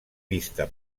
vista